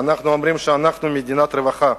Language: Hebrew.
ואנחנו אומרים שאנחנו מדינת רווחה,